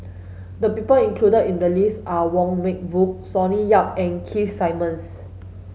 the people included in the list are Wong Meng Voon Sonny Yap and Keith Simmons